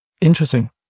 Interesting